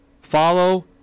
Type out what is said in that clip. follow